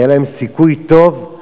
היה להם סיכוי טוב,